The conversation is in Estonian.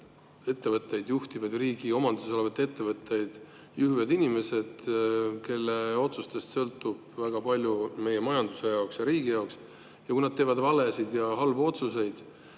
riigiettevõtteid, riigi omanduses olevaid ettevõtteid, juhivad inimesed, kelle otsustest sõltub väga palju meie majanduse ja riigi jaoks. Kui nad teevad valesid ja halbu otsuseid,